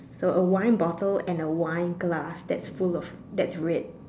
so a wine bottle and a wine glass that's full of that's red